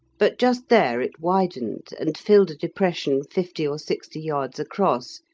but just there it widened, and filled a depression fifty or sixty yards across,